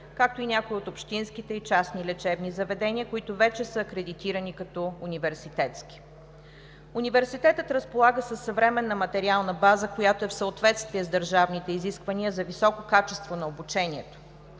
както и някои от общинските и частни лечебни заведения, които вече са акредитирани като университетски. Университетът разполага със съвременна материална база, която е в съответствие с държавните изисквания за високо качество на обучението.